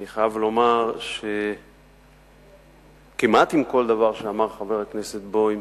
אני חייב לומר שכמעט עם כל דבר שאמר חבר הכנסת בוים